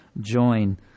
join